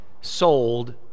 sold